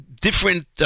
different